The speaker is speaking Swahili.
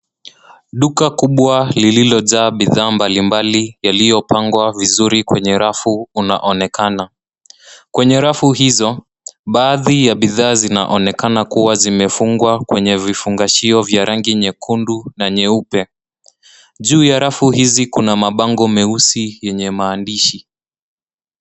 Duka kubwa lililojaa bidhaa mbalimbali yaliyopangwa vizuri kwenye rafu unaonekana. Kwenye rafu hizo baadhi ya bidhaa zinaonekana kuwa zimefungwa kwenye vifungashio vya rangi nyekundu na nyeupe. Juu ya rafu hizi kuna mabango meusi yenye maandishi.